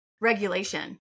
regulation